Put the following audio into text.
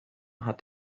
hat